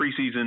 preseason